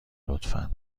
لطفا